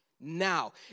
Now